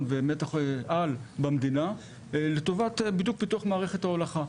ומתח-על במדינה לטובת פיתוח מערכת ההולכה.